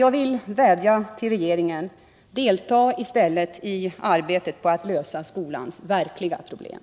Jag vädjar till regeringen — delta i stället i arbetet med att lösa skolans verkliga problem.